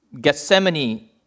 Gethsemane